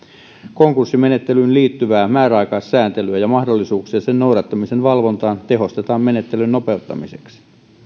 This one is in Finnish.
konkurssimenettelyyn liittyvää määräaikaissääntelyä ja mahdollisuuksia sen noudattamisen valvontaan tehostetaan menettelyn nopeuttamiseksi